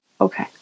Okay